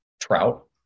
Trout